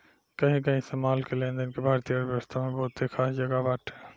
कही कही से माल के लेनदेन के भारतीय अर्थव्यवस्था में बहुते खास जगह बाटे